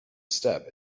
step